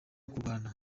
kurwana